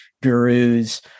gurus